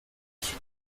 für